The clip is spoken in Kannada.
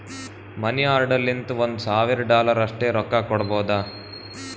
ಮನಿ ಆರ್ಡರ್ ಲಿಂತ ಒಂದ್ ಸಾವಿರ ಡಾಲರ್ ಅಷ್ಟೇ ರೊಕ್ಕಾ ಕೊಡ್ಬೋದ